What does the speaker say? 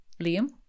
Liam